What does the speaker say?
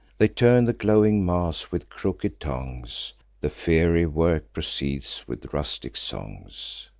they turn the glowing mass with crooked tongs the fiery work proceeds, with rustic songs.